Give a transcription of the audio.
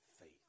faith